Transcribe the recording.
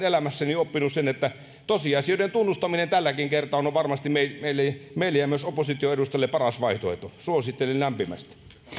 elämässäni oppinut sen että tosiasioiden tunnustaminen tälläkin kertaa on varmasti meille ja myös opposition edustajille paras vaihtoehto suosittelen lämpimästi